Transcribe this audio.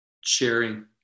sharing